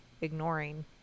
ignoring